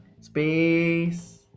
space